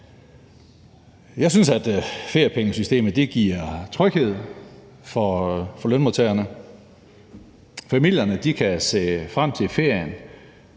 Jeg synes, at feriepengesystemet giver tryghed for lønmodtagerne. Familierne kan se frem til ferien